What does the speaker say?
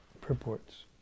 purports